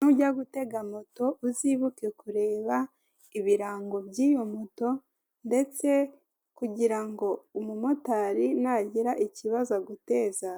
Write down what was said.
Nujya gutega moto uzibuke kureba ibirango by'iyo moto, ndetse kugira ngo umumotari nagira ikibazo aguteza